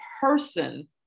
person